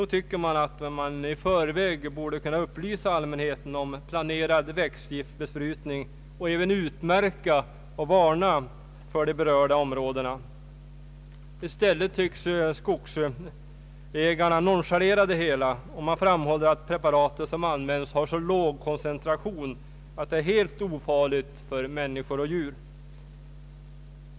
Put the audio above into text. Man borde i förväg kunna upplysa allmänheten om planerad växtgiftbesprutning och även utmärka och varna för de berörda områdena. I stället tycks skogsägarna nonchalera det hela. Man framhåller att preparaten som används har så låg koncentration att de är helt ofarliga för människor och djur.